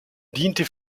diente